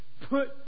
put